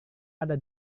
ada